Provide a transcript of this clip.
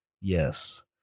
Yes